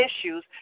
issues